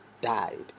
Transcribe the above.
died